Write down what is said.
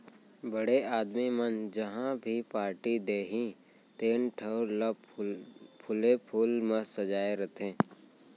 बड़े आदमी मन जहॉं भी पारटी देहीं तेन ठउर ल फूले फूल म सजाय रथें